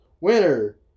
winner